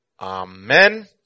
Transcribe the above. Amen